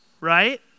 right